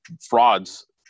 frauds